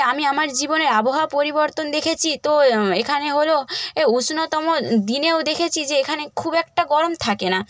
আমি আমার জীবনে আবহাওয়া পরিবর্তন দেখেছি তো এখানে হলো এ উষ্ণতম দিনেও দেখেছি যে এখানে খুব একটা গরম থাকে না